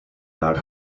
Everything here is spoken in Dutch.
naar